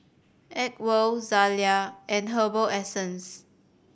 Acwell Zalia and Herbal Essences